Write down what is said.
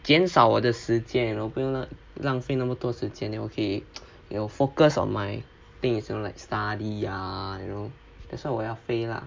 减少我的时间 you know 不用浪浪费那么多时间 then 我可以 you know focus on my thing is like study ah you know that's why 我要飞 lah